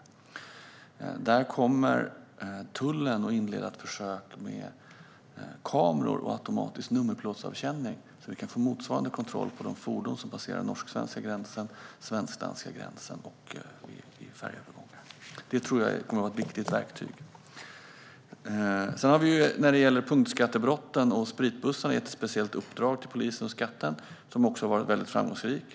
Tullen kommer att inleda ett försök med kameror och automtisk nummerplåtsavkänning så att vi kan få motsvarande kontroll på de fordon som passerar den norsk-svenska gränsen och den svensk-danska gränsen samt vid färjeövergångar. Det tror jag kommer att vara ett viktigt verktyg. Sedan har vi när det gäller punktskattebrotten och spritbussarna gett ett speciellt uppdrag till polisen och Skatteverket, som har varit väldigt framgångsrikt.